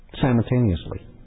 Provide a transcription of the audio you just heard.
simultaneously